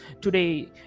today